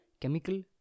chemical